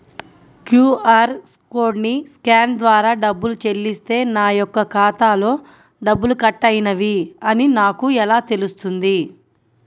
QR కోడ్ని scan ద్వారా డబ్బులు చెల్లిస్తే నా యొక్క ఖాతాలో డబ్బులు కట్ అయినవి అని నాకు ఎలా తెలుస్తుంది?